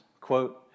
quote